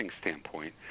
standpoint